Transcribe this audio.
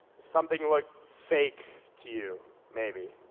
something look fake to you maybe?